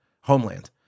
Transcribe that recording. homeland